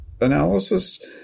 analysis